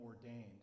ordained